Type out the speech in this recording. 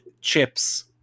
chips